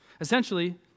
Essentially